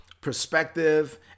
perspective